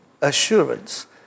assurance